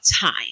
time